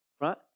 Right